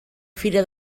fira